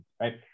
right